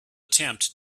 attempt